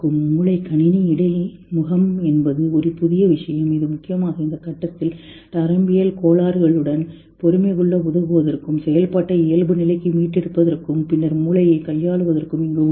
மூளை கணினி இடைமுகம் என்பது ஒரு புதிய விஷயம் இது முக்கியமாக இந்த கட்டத்தில் நரம்பியல் கோளாறுகளுடன் பொறுமை கொள்ள உதவுவதற்கும் செயல்பாட்டை இயல்பு நிலைக்கு மீட்டெடுப்பதற்கும் பின்னர் மூளையை கையாளுவதற்கும் இங்கு உள்ளது